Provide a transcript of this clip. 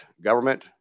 government